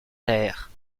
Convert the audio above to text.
terre